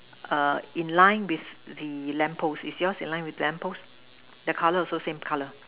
err in line with the lamp post is yours in line with the lamp post the color also same color